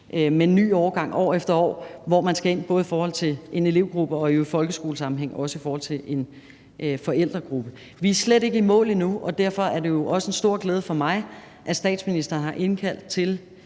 en ny årgang år efter år, hvor man skal ind både i forhold til en elevgruppe og i folkeskolesammenhæng i forhold til en forældregruppe. Vi er slet ikke i mål endnu, og derfor er det også en stor glæde for mig, at statsministeren har annonceret,